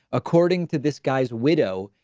according to this guy's widow,